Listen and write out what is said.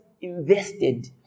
invested